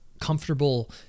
comfortable